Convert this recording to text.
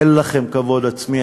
אין לכם כבוד עצמי.